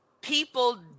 people